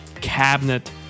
cabinet